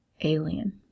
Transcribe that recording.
alien